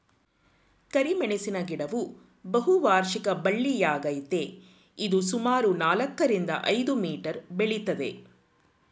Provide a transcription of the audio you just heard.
ಕರಿಮೆಣಸಿನ ಗಿಡವು ಬಹುವಾರ್ಷಿಕ ಬಳ್ಳಿಯಾಗಯ್ತೆ ಇದು ಸುಮಾರು ನಾಲ್ಕರಿಂದ ಐದು ಮೀಟರ್ ಬೆಳಿತದೆ